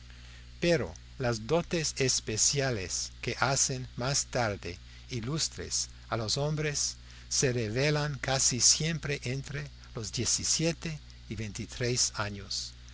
pero las dotes especiales que hacen más tarde ilustres a los hombres se revelan casi siempre entre los diecisiete y veintitrés años